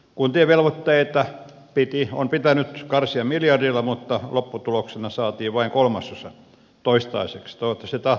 kuntien velvoitteita on pitänyt karsia miljardilla mutta lopputuloksena saatiin vain kolmasosa toistaiseksi toivottavasti tahti paranee